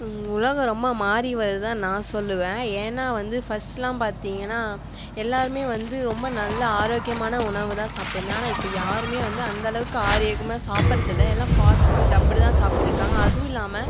உலகம் ரொம்ப மாறி வரதா நான் சொல்லுவன் ஏன்னால் வந்து ஃபஸ்ட்லாம் பார்த்தீங்கன்னா எல்லோருமே வந்து ரொம்ப நல்ல ஆரோக்கியமான உணவை தான் சாப்பிட்டு இருந்தாங்கள் ஆனால் இப்போ யாருமே வந்து அந்தளவுக்கு ஆரோக்கியமாக சாப்பிடுறது இல்லை எல்லாம் ஃபாஸ்ட் ஃபுட் அப்படிதான் சாப்பிட்டுருக்காங்க அதுவும் இல்லாமல்